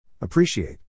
Appreciate